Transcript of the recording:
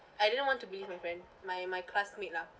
I didn't want to believe my friend my my classmate lah